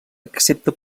accepta